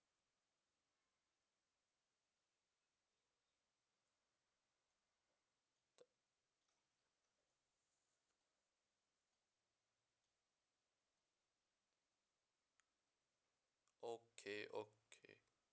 okay okay